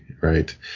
right